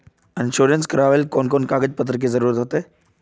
Insurance करावेल कोन कोन कागज पत्र की जरूरत होते?